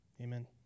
Amen